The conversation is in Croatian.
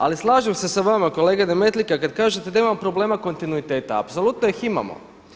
Ali slažem se sa vama kolega Demetlika kada kažete da imamo problema kontinuiteta, apsolutno ih imamo.